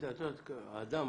אדם,